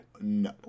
no